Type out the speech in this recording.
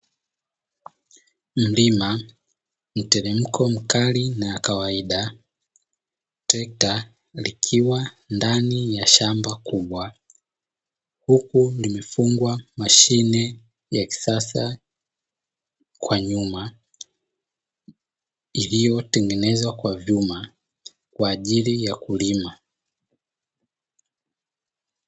Mlima, mteremko mkali na wa kawaida, trekta likiwa ndani ya shamba kubwa huku limefungwa mashine ya kisasa kwa nyuma iliyotengenezwa kwa vyuma kwa ajili ya kulima.